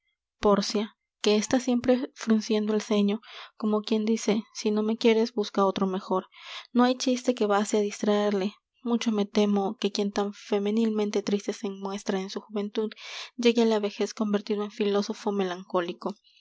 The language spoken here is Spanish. pórcia que está siempre frunciendo el ceño como quien dice si no me quieres busca otro mejor no hay chiste que baste á distraerle mucho me temo que quien tan femenilmente triste se muestra en su juventud llegue á la vejez convertido en filósofo melancólico